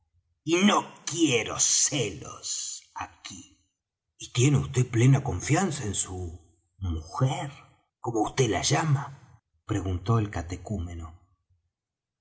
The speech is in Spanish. y no quiero celos aquí y tiene vd plena confianza en su mujer como vd la llama preguntó el catecúmeno